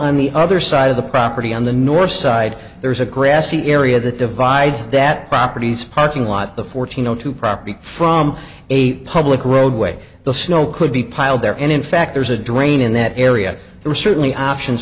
on the other side of the property on the north side there's a grassy area that divides that properties parking lot the fourteen o two property from a public roadway the snow could be piled there and in fact there's a drain in that area there are certainly options